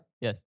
Yes